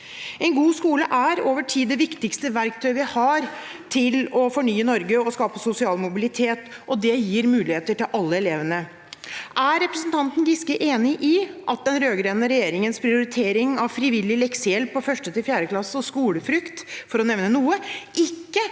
En god skole er over tid det viktigste verktøyet vi har til å fornye Norge og skape sosial mobilitet. Det gir alle elevene muligheter. Er representanten Giske enig i at den rød-grønne regjeringens prioritering av frivillig leksehjelp i 1.–4. klasse og skolefrukt – for å nevne noe – ikke